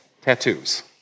tattoos